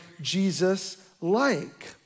Jesus-like